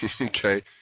Okay